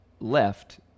left